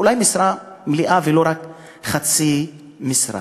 אולי משרה מלאה ולא רק חצי משרה.